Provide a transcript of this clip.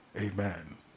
Amen